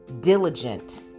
diligent